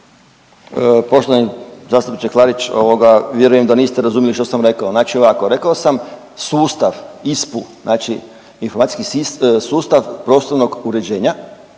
Poštovani zastupniče Klarić, ovoga, vjerujem da niste razumjeli što sam rekao. Znači ovako, rekao sam sustav ISPU, znači informacijski sustav prostornog uređenja